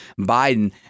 Biden